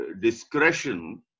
discretion